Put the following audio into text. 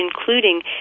including